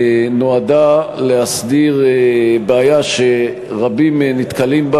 נועדה להסדיר בעיה שרבים נתקלים בה.